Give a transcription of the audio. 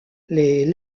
les